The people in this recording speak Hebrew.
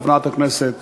חברת הכנסת